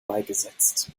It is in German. beigesetzt